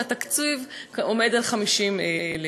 והתקציב הוא 50,000